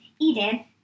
Eden